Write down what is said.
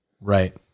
right